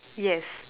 yes